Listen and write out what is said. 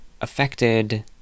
Affected